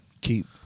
keep